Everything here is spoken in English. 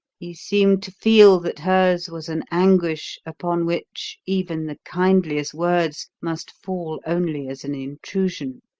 he seemed to feel that hers was an anguish upon which even the kindliest words must fall only as an intrusion,